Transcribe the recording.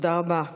תודה רבה לך,